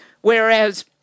whereas